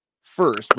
first